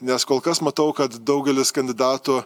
nes kol kas matau kad daugelis kandidatų